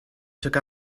took